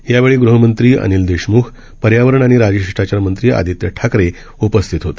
यावेळी गृहमंत्री अनिल देशमुख पर्यावरण आणि राजशिष्टाचार मंत्री आदित्य ठाकरे उपस्थित होते